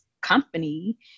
company